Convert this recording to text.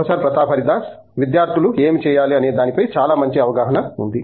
professor Pratap Haridas విద్యార్థులు ఏమి చేయాలి అనే దానిపై చాలా మంచి అవగాహన ఉంది